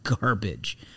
garbage